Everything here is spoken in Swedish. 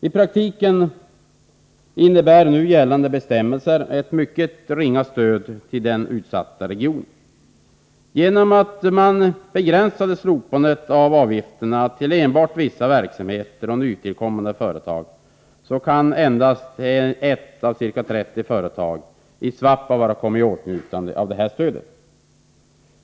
I praktiken innebär nu gällande bestämmelser ett mycket ringa stöd till denna utsatta region. Genom att slopandet av socialförsäkringsavgifterna begränsats till enbart vissa verksamheter och nytillkommande företag kan f.n. endast ett av ca 30 företag i Svappavaara komma i åtnjutande av stödet.